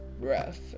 rough